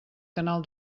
canal